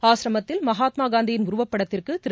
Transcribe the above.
ஆஸ்ரமத்தில் மகாத்மாகாந்தியின் உருவப்படத்திற்குதிரு